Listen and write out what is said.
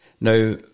Now